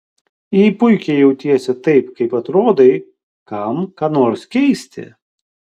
jei puikiai jautiesi taip kaip atrodai kam ką nors keisti